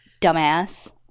dumbass